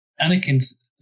Anakin